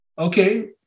Okay